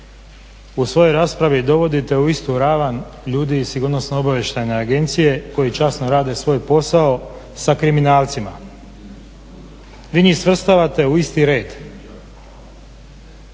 u svojoj raspravi dovodite u istu ravan ljudi iz sigurnosno-obavještajne agencije koji časno rade svoj posao sa kriminalcima. Vi njih svrstavate u isti red.